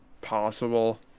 possible